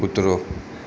કૂતરો